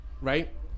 right